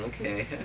Okay